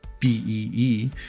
BEE